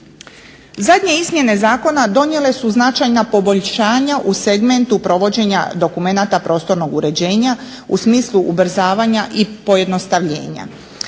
Zadnje izmjene zakona donijele su značajna poboljšanja u segmentu provođenja dokumenata prostornog uređenja u smislu ubrzavanja i pojednostavljenja.